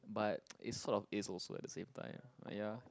but it's sort of ace also at the same time but ya